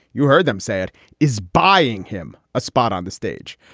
you heard them say it is buying him a spot on the stage.